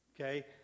Okay